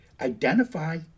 Identify